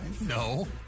No